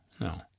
no